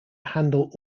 handle